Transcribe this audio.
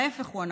ההפך הוא הנכון: